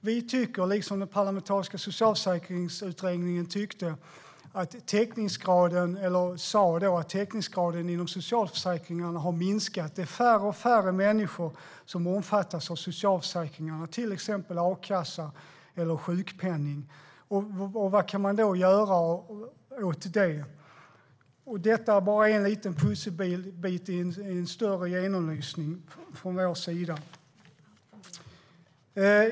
Vi tycker, liksom den parlamentariska Socialförsäkringsutredningen sa, att täckningsgraden inom socialförsäkringarna har minskat. Det är allt färre människor som omfattas av socialförsäkringarna, till exempel a-kassa och sjukpenning. Vad kan man då göra åt det? Detta är bara en liten pusselbit i en större genomlysning från vår sida.